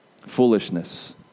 foolishness